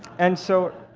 and so